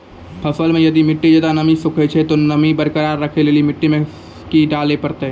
फसल मे यदि मिट्टी ज्यादा नमी सोखे छै ते नमी बरकरार रखे लेली मिट्टी मे की डाले परतै?